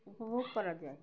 উপভোগ করা যায়